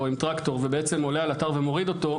עם טרקטור ובעצם עולה על אתר ומוריד אותו,